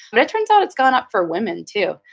but it turns out it's gone up for women too,